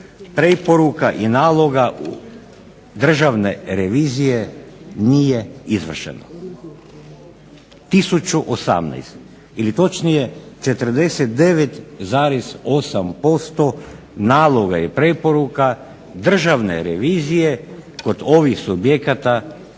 preporuka i naloga državne revizije nije izvršeno. 1018 ili točnije 49,8% naloga i preporuka državne revizije kod ovih subjekata